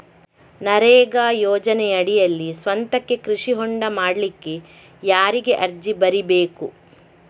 ನರೇಗಾ ಯೋಜನೆಯಡಿಯಲ್ಲಿ ಸ್ವಂತಕ್ಕೆ ಕೃಷಿ ಹೊಂಡ ಮಾಡ್ಲಿಕ್ಕೆ ಯಾರಿಗೆ ಅರ್ಜಿ ಬರಿಬೇಕು?